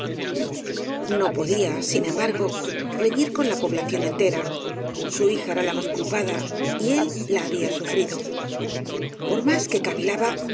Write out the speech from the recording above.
no podía sin embargo reñir con la población entera su hija era la más culpada y él la había su frido por más que cavilaba